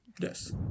Yes